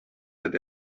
that